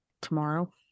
tomorrow